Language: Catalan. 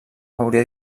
hauria